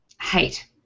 Hate